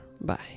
Bye